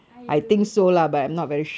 I don't know